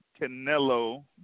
Canelo